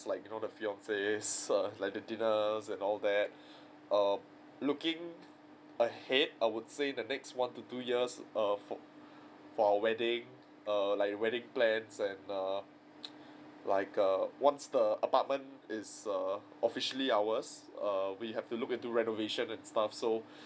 like you know the fiancee's err like the dinners and all that um looking ahead I would say in the next one to two years err for for our wedding err like the wedding plans and err like a once the apartment is err officially ours err we have to look into renovation and stuff so